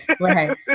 Right